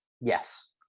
Yes